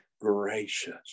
gracious